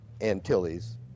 Antilles